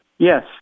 Yes